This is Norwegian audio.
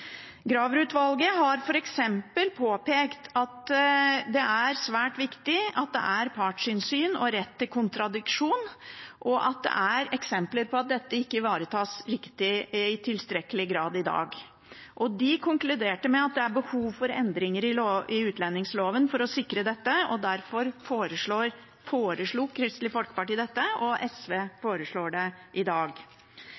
Graver-utvalget har f.eks. påpekt at det er svært viktig at det er partsinnsyn og rett til kontradiksjon, og at det er eksempler på at dette ikke ivaretas i tilstrekkelig grad i dag. De konkluderte med at det er behov for endringer i utlendingsloven for å sikre dette. Derfor foreslo Kristelig Folkeparti dette, og SV